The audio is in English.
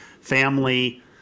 family